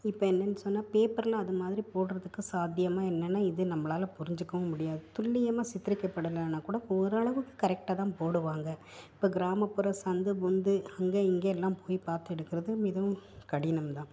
இப்போ என்னென்னு சொன்னால் பேப்பரில் அது மாதிரி போடுறதுக்கு சாத்தியமா என்னென்னா இது நம்மளால் புரிஞ்சுக்கவும் முடியாது துல்லியமாக சித்தரிக்கப்படலைன்னா கூட ஓரளவுக்கு கரெக்டாக தான் போடுவாங்க இப்போ கிராமப்புற சந்து பொந்து அங்கே இங்கே எல்லாம் போய் பார்த்து எடுக்கிறது மிகவும் கடினம்தான்